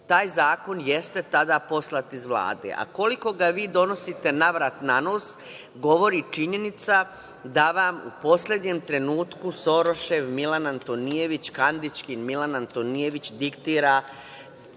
Taj zakon jeste tada poslat iz Vlade, a koliko ga vi donosite navrat-nanos, govori činjenica da vam u poslednjem trenutku Sorošev Milan Antonijević, Kandićkin, Milan Antonijević diktira